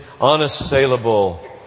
unassailable